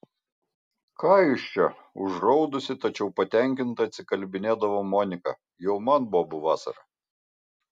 ką jūs čia užraudusi tačiau patenkinta atsikalbinėdavo monika jau man bobų vasara